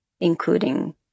including